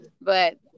but-